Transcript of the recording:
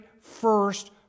first